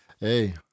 Hey